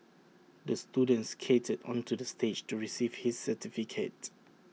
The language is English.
the student skated onto the stage to receive his certificate